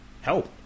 help